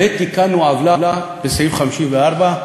ותיקנו עוולה בסעיף 54,